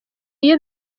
iyo